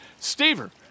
Stever